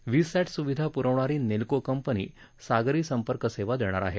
VSAT सुविधा पुरवणारी Nelco company सागरी संपर्क सेवा देणार आहे